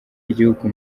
y’igihugu